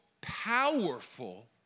powerful